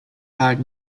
had